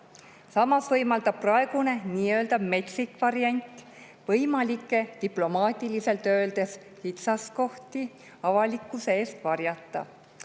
Samas võimaldab praegune nii-öelda metsik variant võimalikke, diplomaatiliselt öeldes, kitsaskohti avalikkuse eest varjata.